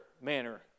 manner